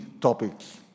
topics